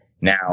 Now